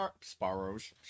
Sparrows